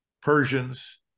Persians